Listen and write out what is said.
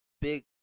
big